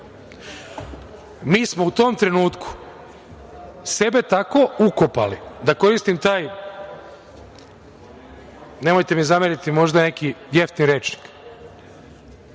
Mi smo u tom trenutku sebe tako ukopali, da koristim taj, nemojte mi zameriti, možda neki jeftin rečnik,